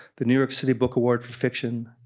the new york city book award for fiction,